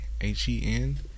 h-e-n